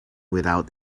without